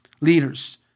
leaders